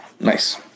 Nice